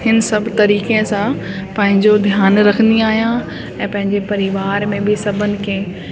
हिन सभु तरीक़े सां पंहिंजो ध्यानु रखंदी आहियां ऐं पंहिंजे परिवार में बि सभिनि खे